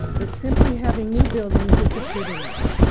but simply having new buildings isn't good enough.